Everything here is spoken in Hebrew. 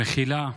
מכילה.